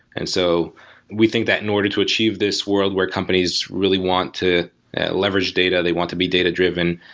and so we think that in order to achieve this world where companies really want to leverage data, they want to be data-driven,